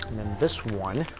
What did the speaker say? this one,